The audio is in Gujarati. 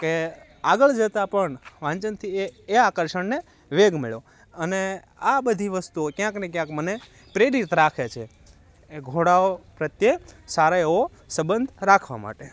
કે આગળ જતાં પણ વાંચનથી એ એ આકર્ષણને વેગ મળ્યો અને આ બધી વસ્તુઓ ક્યાંકને ક્યાંક મને પ્રેરિત રાખે છે એ ઘોડાઓ પ્રત્યે સારો એવો સંબધ રાખવા માટે